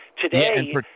today